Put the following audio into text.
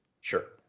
sure